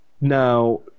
Now